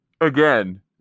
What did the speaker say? again